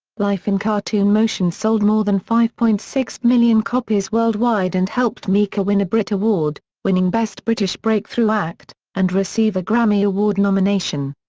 life in cartoon motion sold more than five point six million copies worldwide and helped mika win a brit award winning best british breakthrough act, and receive a grammy award nomination.